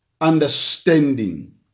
understanding